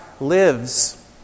lives